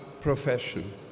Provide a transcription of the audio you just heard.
profession